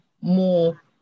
more